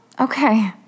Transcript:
okay